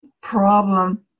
problem